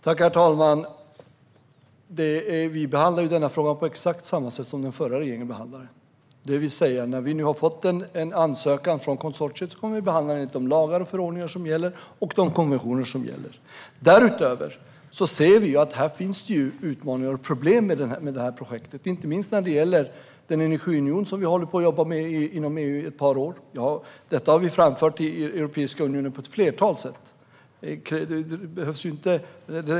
Herr talman! Vi behandlar denna fråga på exakt samma sätt som den förra regeringen behandlade den, det vill säga att när vi nu har fått en ansökan från konsortiet kommer vi att behandla den enligt de lagar, förordningar och konventioner som gäller. Därutöver ser vi att det finns utmaningar och problem med projektet, inte minst när det gäller den energiunion som vi har hållit på att jobba med inom EU i ett par år. Detta har vi framfört till Europeiska unionen på ett flertal sätt.